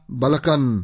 balakan